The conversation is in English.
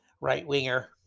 Right-Winger